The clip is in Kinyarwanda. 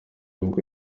ubwo